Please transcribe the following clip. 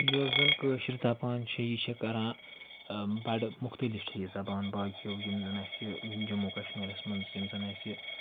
یۄس زَن کٲشٕر زَبان چھِ یہِ چھےٚ کَران بَڑٕ مختلِف چھے یہِ زبان باقیو یِم زَن اَسہِ جموں کَشمیٖرَس منٛز یِم زَن اَسہِ